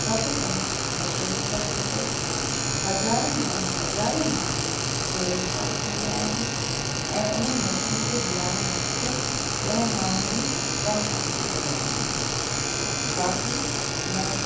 सभु कमु मशीनुनि सां थिए थो हज़ार माण्हू हज़ारे माण्हू बेरोज़गार थी विया आहिनि ऐं उन्हनि मशीनुनि खे हलाइण लाइ सिर्फ़ु ॾह माण्हू ई कमु अची रहिया आहिनि बाक़ी नव